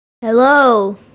Hello